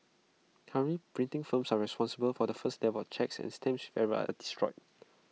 currently printing firms are responsible for the first level checks and stamps with errors are destroyed